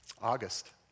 August